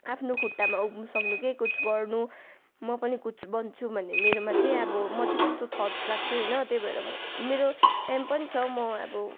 आफ्नो खुट्टामा उभिनु सक्नु के कुछ गर्नु म पनि कुछ बन्छु भन्ने मेरोमा चाहिँ अब म चाहिँ त्यस्तो थट्स राख्छु होइन त्यही भएर मेरो एम पनि छ म अब